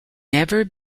never